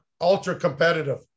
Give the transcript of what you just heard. ultra-competitive